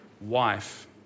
wife